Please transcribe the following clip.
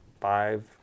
five